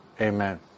Amen